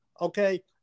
Okay